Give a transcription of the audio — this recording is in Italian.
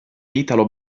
italo